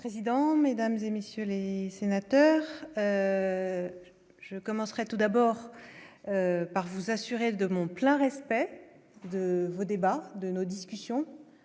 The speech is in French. monsieur le président, Mesdames et messieurs les sénateurs, je commencerai tout d'abord par vous assurer de mon plein respect de vos débats de nos discussions